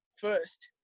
first